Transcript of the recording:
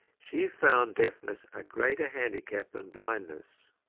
she found deafness a greater handicap than blindness.